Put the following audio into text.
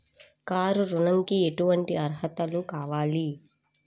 Car ఋణంకి ఎటువంటి అర్హతలు కావాలి?